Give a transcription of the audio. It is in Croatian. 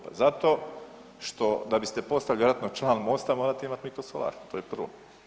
Pa zato što, da biste postali vjerojatno član MOST-a morate imat mikrosolar, to je prvo.